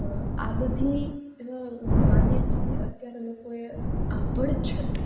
આ બધી માન્યતાઓને અત્યારે લોકોએ આભડછટ